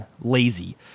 lazy